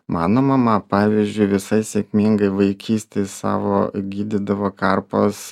mano mama pavyzdžiui visai sėkmingai vaikystėj savo gydydavo karpas